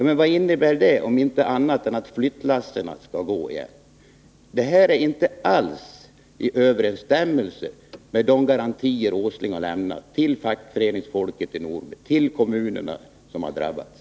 Men vad innebär det, om inte att flyttlassen skall börja gå igen? Det här svaret är inte alls i överensstämmelse med de garantier som Nils Åsling lämnat till fackföreningsfolket och de kommuner som har drabbats.